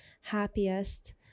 happiest